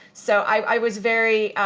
so i was very